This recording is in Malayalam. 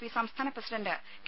പി സംസ്ഥാന പ്രസിഡന്റ് കെ